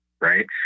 Right